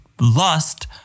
lust